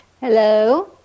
Hello